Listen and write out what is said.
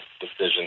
decision